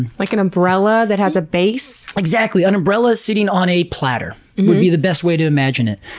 and like an umbrella that has a base? exactly. an umbrella sitting on a platter would be the best way to imagine it.